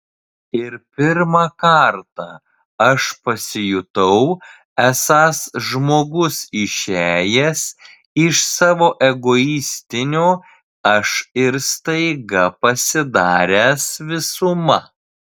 ir pirmą kartą aš pasijutau esąs žmogus išėjęs iš savo egoistinio aš ir staiga pasidaręs visuma